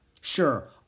Sure